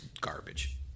garbage